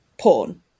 porn